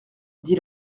dit